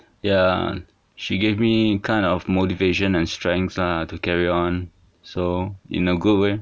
ya she gave me kind of motivation and strength lah to carry on so in a good way